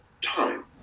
Time